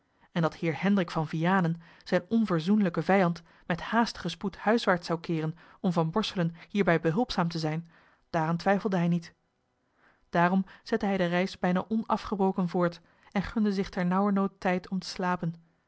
en dat heer hendrik van vianen zijn onverzoenlijke vijand met haastigen spoed huiswaarts zou keeren om van borselen hierbij behulpzaam te zijn daaraan twijfelde hij niet daarom zette hij de reis bijna o nafgebroken voort en gunde zich ternauwernood tijd om te slapen